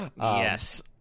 Yes